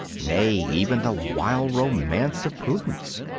nay, even the wild romance of prudence.